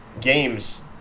games